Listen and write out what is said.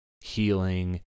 healing